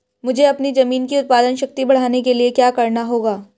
मुझे अपनी ज़मीन की उत्पादन शक्ति बढ़ाने के लिए क्या करना होगा?